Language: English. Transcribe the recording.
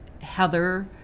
Heather